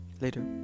Later